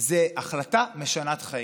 זו החלטה משנת חיים.